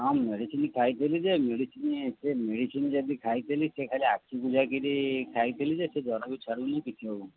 ହଁ ମେଡ଼ିସିନ ଖାଇଥିଲି ଯେ ମେଡ଼ିସିନ ସେ ମେଡ଼ିସିନ ଯଦି ଖାଇଥିଲି ସେ ଖାଲି ଆଖିବୁଜାକିରି ଖାଇଥିଲି ଯେ ସେ ଜ୍ୱର ବି ଛାଡ଼ୁନି କିଛି ହଉନି